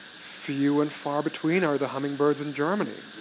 few and far between are the hummingbirds in germany.